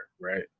right